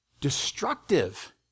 destructive